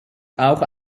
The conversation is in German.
auch